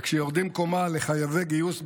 כשיורדים קומה לחייבי גיוס בלבד,